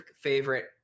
favorite